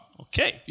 Okay